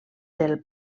del